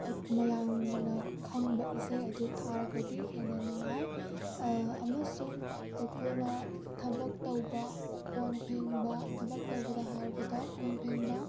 ꯃꯌꯥꯝꯅ ꯈꯪꯕ ꯏꯁꯩ ꯑꯗꯨ ꯊꯥꯔꯒꯗꯤ ꯍꯦꯟꯅ ꯅꯨꯡꯉꯥꯏ ꯑꯃꯁꯨꯡ ꯑꯩꯈꯣꯏꯅ ꯊꯕꯛ ꯇꯧꯕ ꯀꯣꯟ ꯐꯦꯡꯕ ꯊꯕꯛ ꯇꯧꯕꯗ ꯍꯥꯏꯔꯕꯗ ꯀꯣꯟ ꯐꯦꯡꯕ